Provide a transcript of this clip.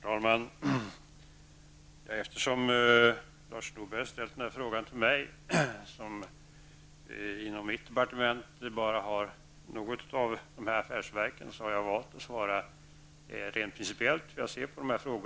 Herr talman! Eftersom Lars Norberg riktat dessa frågor till mig, som inom mitt departement bara har ansvar för några av affärsverken, har jag valt att svara rent principiellt.